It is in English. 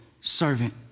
servant